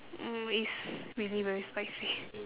mm it's really very spicy